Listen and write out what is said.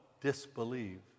disbelieve